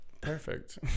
perfect